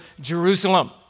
Jerusalem